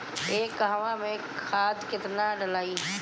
एक कहवा मे खाद केतना ढालाई?